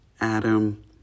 Adam